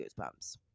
goosebumps